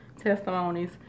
testimonies